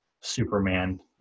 Superman